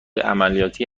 عملیاتی